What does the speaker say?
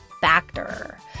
Factor